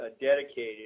dedicated